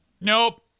Nope